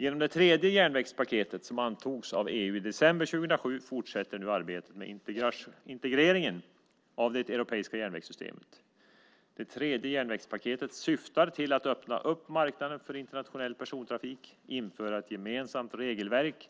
Genom det tredje järnvägspaketet, som antogs av EU i december 2007, fortsätter nu arbetet med integreringen av det europeiska järnvägssystemet. Det tredje järnvägspaketet syftar till att öppna marknaden för internationell persontrafik, införa ett gemensamt regelverk